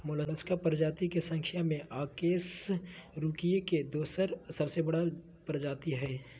Mollusca प्रजाति के संख्या में अकशेरूकीय के दोसर सबसे बड़ा जाति हइ